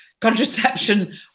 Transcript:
contraception